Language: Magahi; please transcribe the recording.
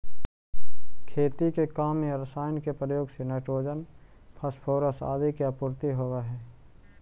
खेती के काम में रसायन के प्रयोग से नाइट्रोजन, फॉस्फोरस आदि के आपूर्ति होवऽ हई